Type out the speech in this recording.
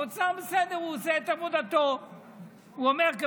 האוצר בסדר, הוא עושה את עבודתו.